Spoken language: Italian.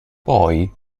poi